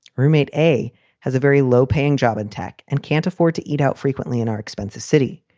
roommate a has a very low paying job in tech and can't afford to eat out frequently in our expensive city.